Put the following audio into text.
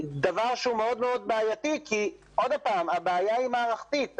,דבר שהוא מאוד בעייתי כי הבעיה היא מערכתית.